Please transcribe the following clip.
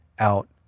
Out